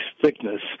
thickness